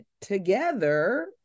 together